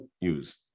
use